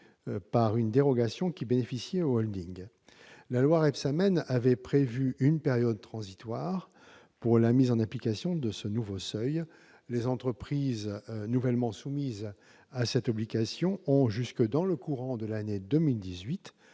une dérogation qui bénéficiait aux holdings. La loi Rebsamen avait prévu une période transitoire pour la mise en application de ce nouveau seuil : les entreprises nouvellement soumises à cette obligation ont jusqu'à courant de l'année 2018